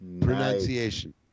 pronunciation